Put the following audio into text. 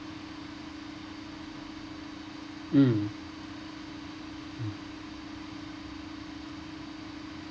mm